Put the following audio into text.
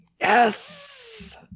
yes